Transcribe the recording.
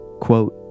quote